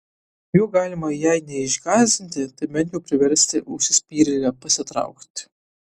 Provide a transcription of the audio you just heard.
juo galima jei neišgąsdinti tai bent jau priversti užsispyrėlę pasitraukti